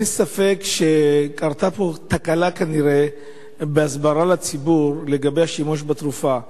אין ספק שקרתה פה תקלה כנראה בהסברה לציבור לגבי השימוש בתרופה,